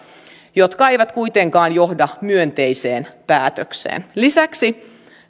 jotka eivät kuitenkaan johda myönteiseen päätökseen lisäksi